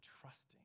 trusting